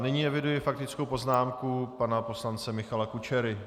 Nyní eviduji faktickou poznámku pana poslance Michala Kučery.